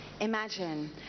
Imagine